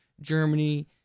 Germany